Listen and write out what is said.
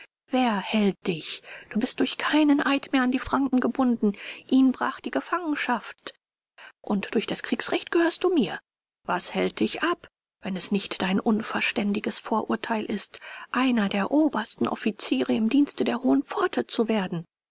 wer hält dich du bist durch keinen eid mehr an die franken gebunden ihn brach die gefangenschaft und durch das kriegsrecht gehörst du mir was hält dich ab wenn es nicht dein unverständiges vorurteil ist einer der obersten offiziere im dienste der hohen pforte zu werden